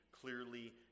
clearly